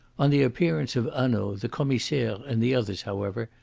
on the appearance of hanaud, the commissaire, and the others, however,